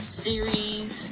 series